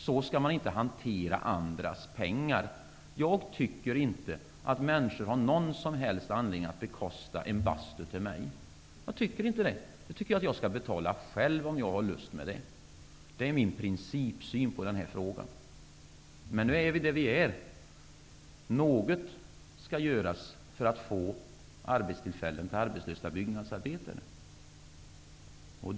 Så skall man inte hantera andras pengar. Jag tycker inte att människor har någon som helst anledning att bekosta en bastu till mig. Jag tycker inte det. Den tycker jag att jag skall betala själv, om jag har lust med det. Det är min principsyn i den här frågan. Men nu är vi där vi är. Något skall göras för att skapa arbetstillfällen för arbetslösa byggnadsarbetare.